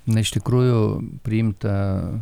na iš tikrųjų priimta